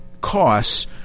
costs